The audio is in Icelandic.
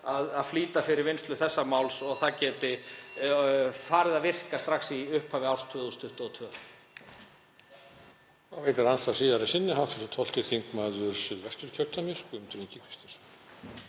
að flýta fyrir vinnslu þessa máls og það geti farið að virka strax í upphafi árs 2022.